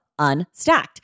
Unstacked